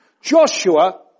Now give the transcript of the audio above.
Joshua